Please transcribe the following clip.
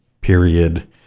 period